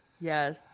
yes